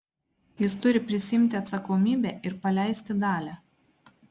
jis turi prisiimti atsakomybę ir paleisti dalią